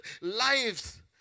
Lives